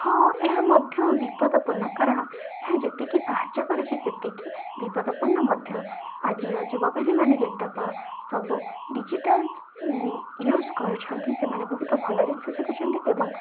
ହଁ ଏହା ମଧ୍ୟ ବିପଦପୂର୍ଣ୍ଣ କାରଣ ଏହା ଯେତିକି ସାହାଯ୍ୟ କରୁଛି ସେତିକି ବିପଦପୂର୍ଣ୍ଣ ମଧ୍ୟ ଆଜିର ଯୁବପିଢ଼ୀମାନେ ଯେତକ ସବୁ ଡିଜିଟାଲ ୟୁଜ କରୁଛନ୍ତି ସେମାନେ ବହୁତ ଭଲ ଜିନିଷ ଶିଖୁଛନ୍ତି ଏବଂ